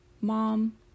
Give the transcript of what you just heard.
mom